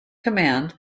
command